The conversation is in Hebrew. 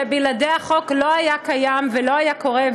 שבלעדיה החוק לא היה קיים ולא היה קורה,